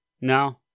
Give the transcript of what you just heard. No